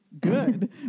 good